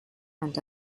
and